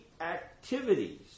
activities